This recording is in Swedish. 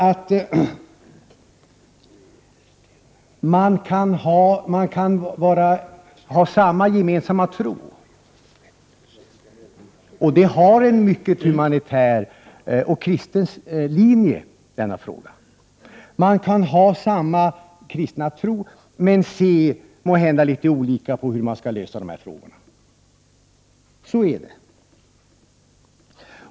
I denna fråga finns en mycket humanitär och kristen linje. Man kan ha samma kristna tro, men ändock måhända se litet olika på hur dessa frågor skall lösas.